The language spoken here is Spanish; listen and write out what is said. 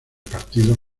partidos